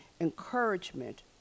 encouragement